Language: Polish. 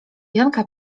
janka